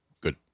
good